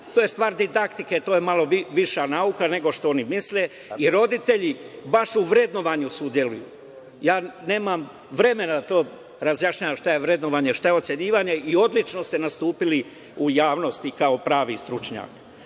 To je stvar didaktike, to je malo viša nauka nego što oni misle, jer roditelji baš u vrednovanju sudjeluju. Nemam vremena da to razjašnjavam, šta je vrednovanje, šta je ocenjivanje i odlično ste nastupili u javnosti kao pravi stručnjak. Naš